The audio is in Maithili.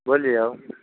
बोलियौ